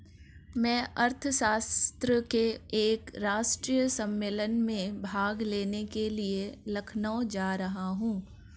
मैं अर्थशास्त्र के एक राष्ट्रीय सम्मेलन में भाग लेने के लिए लखनऊ जा रहा हूँ